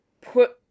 Put –